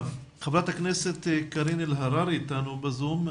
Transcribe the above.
חברת הכנסת קארין אלהרר איתנו בזום,